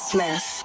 Smith